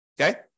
Okay